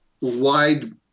wide